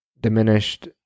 diminished